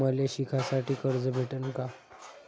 मले शिकासाठी कर्ज भेटन का?